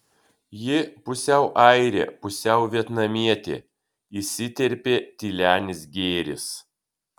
ji pusiau airė pusiau vietnamietė įsiterpė tylenis gėris